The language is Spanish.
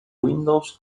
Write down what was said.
windows